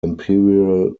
imperial